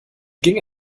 ging